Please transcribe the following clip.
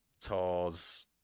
tours